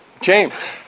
James